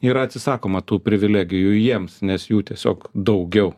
yra atsisakoma tų privilegijų jiems nes jų tiesiog daugiau